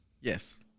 Yes